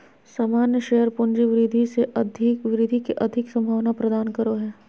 सामान्य शेयर पूँजी वृद्धि के अधिक संभावना प्रदान करो हय